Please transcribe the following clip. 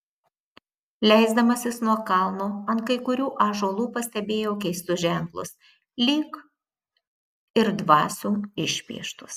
leisdamasis nuo kalno ant kai kurių ąžuolų pastebėjau keistus ženklus lyg ir dvasių išpieštus